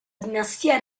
dinastia